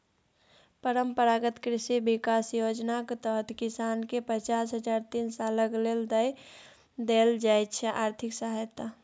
परंपरागत कृषि बिकास योजनाक तहत किसानकेँ पचास हजार तीन सालक लेल देल जाइ छै आर्थिक सहायता